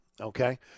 okay